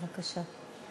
בבקשה.